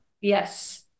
Yes